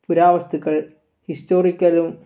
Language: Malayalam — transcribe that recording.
പുരാവസ്തുക്കൾ ഹിസ്റ്റോറിക്കലും